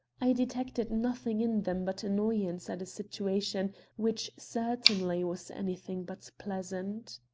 i detected nothing in them but annoyance at a situation which certainly was anything but pleasant.